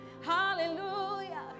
hallelujah